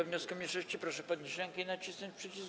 wniosku mniejszości, proszę podnieść rękę i nacisnąć przycisk.